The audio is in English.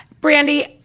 Brandy